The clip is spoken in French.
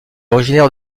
originaire